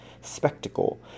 spectacle